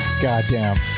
Goddamn